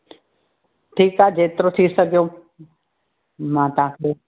ठीकु आहे जेतिरो थी सघे मां तव्हांखे